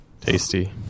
Tasty